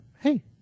hey